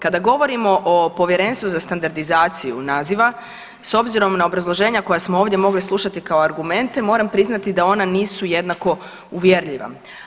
Kada govorimo o Povjerenstvu za standardizaciju naziva s obzirom na obrazloženja koja smo ovdje mogli slušati kao argumente moram priznati da ona nisu jednako uvjerljiva.